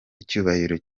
icyubahiro